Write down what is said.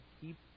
keep